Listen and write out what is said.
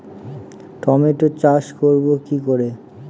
Tomato চাষ করব কি করে?